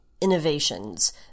innovations